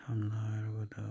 ꯁꯝꯅ ꯍꯥꯏꯔꯕꯗ